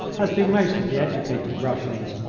as do most of the educated russians.